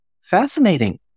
fascinating